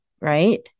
right